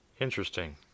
Interesting